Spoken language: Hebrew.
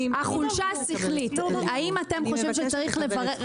החולשה השכלית, האם אתם חושבים שצריך לברר.